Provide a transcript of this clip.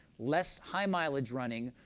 less high mileage running,